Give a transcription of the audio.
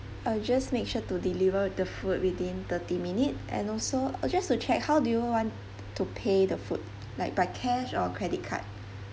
I'll just make sure to deliver the food within thirty minute and also just to check how do you want to pay the food like by cash or credit card